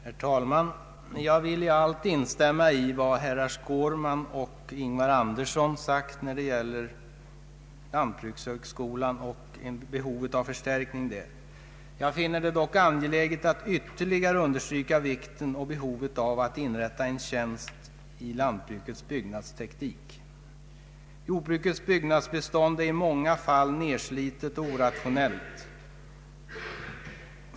Herr talman! Jag vill helt instämma i vad herrar Skårman och Ingvar Andersson sagt när det gäller lantbrukshögskolan och dess behov av förstärkning. Jag finner det dock angeläget att ytterligare understryka vikten och behovet av att inrätta en tjänst i lantbrukets byggnadsteknik. Jordbrukets byggnadsbestånd är i många fall nedslitet och orationellt.